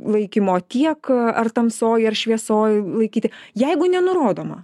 laikymo tiek ar tamsoj ar šviesoj laikyti jeigu nenurodoma